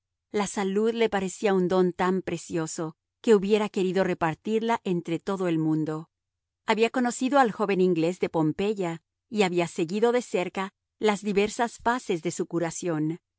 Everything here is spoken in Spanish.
la salud le parecía un don tan precioso que hubiera querido repartirla entre todo el mundo había conocido al joven inglés de pompeya y había seguido de cerca las diversas fases de su curación